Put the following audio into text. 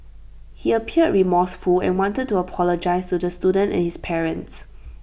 he appeared remorseful and wanted to apologise to the student and his parents